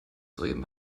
soeben